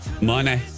Money